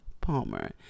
Palmer